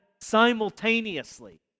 simultaneously